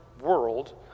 world